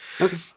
Okay